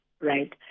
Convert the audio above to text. right